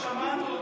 עזוב, שמענו אתכם.